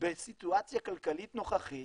בסיטואציה כלכלית נוכחית